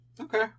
Okay